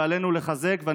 ועלינו לחזק אותם,